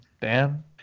Dan